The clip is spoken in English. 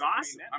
awesome